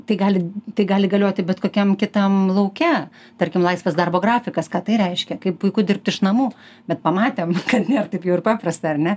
tai gali tai gali galioti bet kokiam kitam lauke tarkim laisvas darbo grafikas ką tai reiškia kaip puiku dirbt iš namų bet pamatėm kad nėr taip jau ir paprasta ar ne